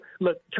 look